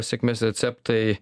sėkmės receptai